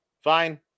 fine